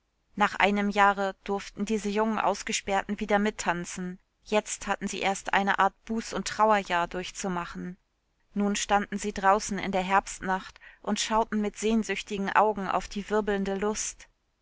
nach einem jahre durften diese jungen ausgesperrten wieder mittanzen jetzt hatten sie erst eine art buß und trauerjahr durchzumachen nun standen sie draußen in der herbstnacht und schauten mit sehnsüchtigen augen auf die wirbelnde lust